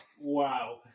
Wow